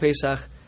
Pesach